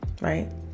right